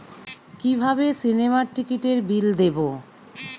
কিভাবে সিনেমার টিকিটের বিল দেবো?